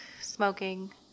smoking